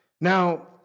Now